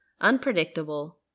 unpredictable